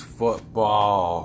football